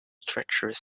treacherous